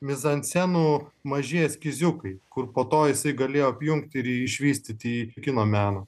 mizanscenų maži eskyziukai kur po to jisai galėjo apjungti ir išvystyti į kino meną